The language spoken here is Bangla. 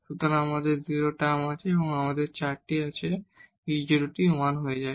সুতরাং আমাদের 0 টার্ম আছে তাই আমাদের 4 টি আছে এই e0 টি 1 হয়ে যায়